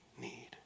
need